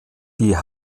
die